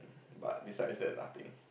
but besides that nothing